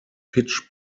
pitch